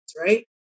right